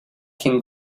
can